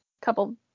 couple